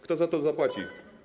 Kto za to zapłaci?